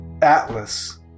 atlas